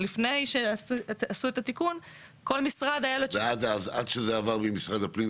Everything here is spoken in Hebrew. לפני שעשו את התיקון לכל משרד היה --- עד שזה עבר ממשרד הפנים,